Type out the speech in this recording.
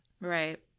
Right